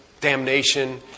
damnation